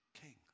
king